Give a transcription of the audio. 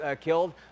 killed